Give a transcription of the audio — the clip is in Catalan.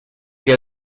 que